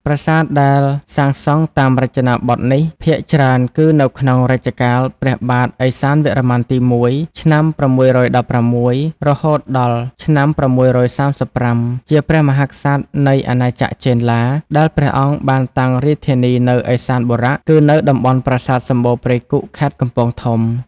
ប្រាសាទដែលសាងសង់តាមររចនាបថនេះ ភាគច្រើនគឺនៅក្នុងរជ្ជកាលព្រះបាទឦសានវរ្ម័នទី១ ឆ្នាំ៦១៦ រហូតដល់ ឆ្នាំ៦៣៥ ជាព្រះមហាក្សត្រនៃអាណាចក្រចេនឡា ដែលព្រះអង្គបានតាំងរាជធានីនៅឦសានបុរៈ គឺនៅតំបន់ប្រាសាទសំបូរព្រៃគុក ខេត្តកំពង់ធំ ។